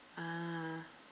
ah